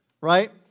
right